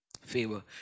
Favor